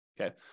okay